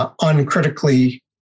Uncritically